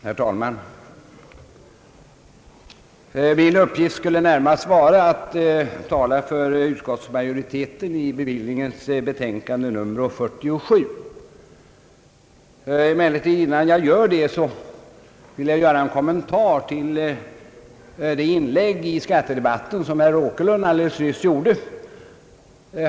Herr talman! Min uppgift skulle närmast vara att tala för utskottet i fråga om bevillningsutskottets betänkande nr 47. Innan jag börjar därmed, vill jag emellertid göra en kommentar till herr Åkerlunds inlägg alldeles nyss i skattedebatten.